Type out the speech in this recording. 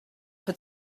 had